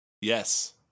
Yes